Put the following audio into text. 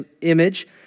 image